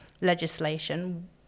legislation